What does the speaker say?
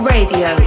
Radio